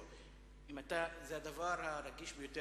אם התפיסה של נתניהו היתה סוג של